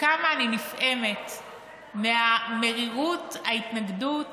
כמה שאני נפעמת מהמרירות, ההתנגדות